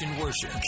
Worship